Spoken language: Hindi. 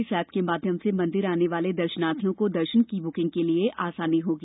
इस ऐप के माध्यम से मंदिर आने वाले दर्शनार्थियों को दर्शन के लिये बुकिंग कराने में आसानी होगी